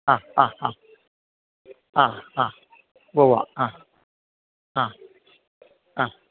ആ ആ ആ ആ ആ ഉവ്വാവ്വ ആ ആ ആ